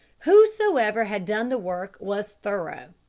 whosoever had done the work was thorough.